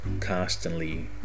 constantly